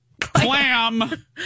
clam